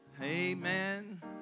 amen